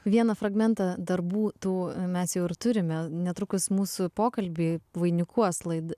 vieną fragmentą darbų tų mes jau ir turime netrukus mūsų pokalbį vainikuos laida